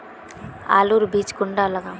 आलूर बीज कुंडा लगाम?